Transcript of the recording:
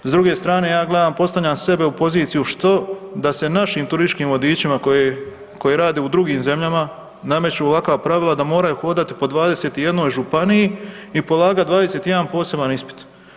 S druge strane ja gledam, postavljam sebe u poziciju što da se našim turističkim vodičima koji rade u drugim zemljama nameću ovakva pravila da moraju hodati po 21 županiji i polagati 21 poseban ispit.